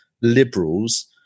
liberals